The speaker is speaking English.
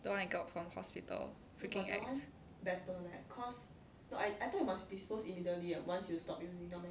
the one I got from hospital freaking ex